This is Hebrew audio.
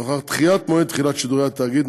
לאחר דחיית מועד תחילת שידורי התאגיד,